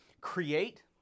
create